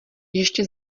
ještě